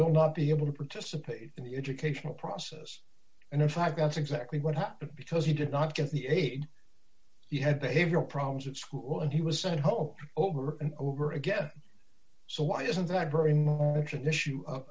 will not be able to participate in the educational process and if i've got exactly what happened because he did not get the aid you had behavioral problems at school and he was sent home over and over again so why isn't that